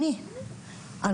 אני,